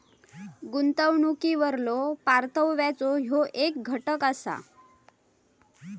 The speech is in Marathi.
गुंतवणुकीवरलो परताव्याचो ह्यो येक घटक असा